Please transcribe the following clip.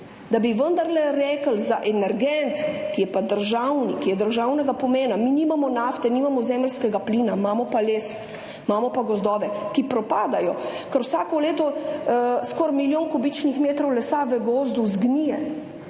da bi vendarle rekli za energent, ki je državni, ki je državnega pomena … Mi nimamo nafte, nimamo zemeljskega plina, imamo pa les, imamo pa gozdove, ki propadajo, ker vsako leto skoraj milijon kubičnih metrov lesa v gozdu zgnije.